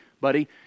buddy